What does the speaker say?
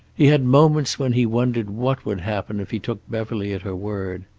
he had moments when he wondered what would happen if he took beverly at her word.